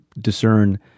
discern